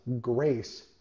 grace